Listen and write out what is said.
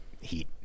heat